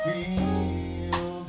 Feel